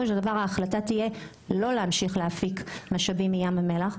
וההחלטה תהיה לא להפיק משאבים מים המלח,